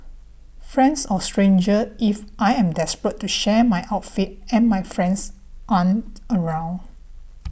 friends or strangers if I am desperate to share my outfit and my friends aren't around